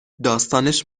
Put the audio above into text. داستانش